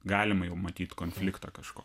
galima jau matyt konfliktą kažkokį